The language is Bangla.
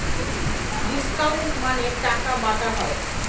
ডিসকাউন্ট মানে টাকা বাটা হয়